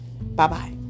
Bye-bye